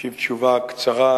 אשיב תשובה קצרה.